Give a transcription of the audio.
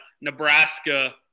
Nebraska